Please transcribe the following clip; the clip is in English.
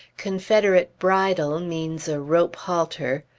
confederate bridle means a rope halter.